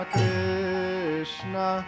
Krishna